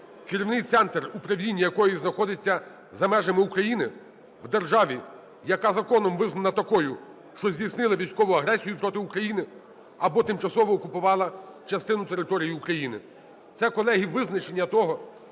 керівний центр (управління) якої знаходиться за межами України в державі, яка законом визнана такою, що здійснила військову агресію проти України або тимчасово окупувала частину території України. Це, колеги, визначення того,